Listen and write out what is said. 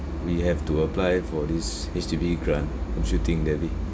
we have to apply for this H_D_B grant don't you think debbie